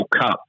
Cup